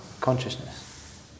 Consciousness